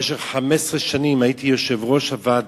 במשך 15 שנים הייתי יושב-ראש הוועדה.